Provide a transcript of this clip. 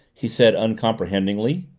he said uncomprehendingly,